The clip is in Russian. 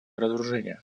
разоружения